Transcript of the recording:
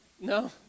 No